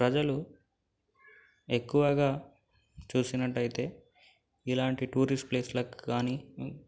ప్రజలు ఎక్కువగా చూసినట్టయితే ఇలాంటి టూరిస్ట్ ప్లేస్లకు కానీ